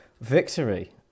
victory